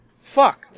Fuck